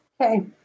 Okay